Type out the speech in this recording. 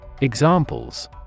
Examples